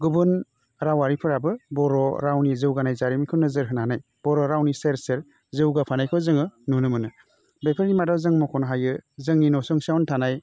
गुबुन रावआरिफोराबो बर' रावनि जौगानाय जारिमिनखौ नोजोर होनानै बर' रावनि सेर सेर जौगाफानायखौ जोङो नुनो मोनो बेफोरनि मादाव जों मख'नो हायो जोंनि नसुंसेआवनो थानाय